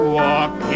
walk